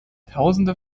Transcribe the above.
tausende